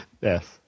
Yes